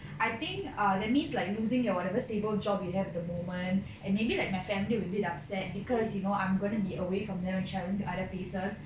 I think err that means like losing your whatever stable job you have at the moment and maybe like my family will be upset because you know I'm going to be away from them and travelling to other pieces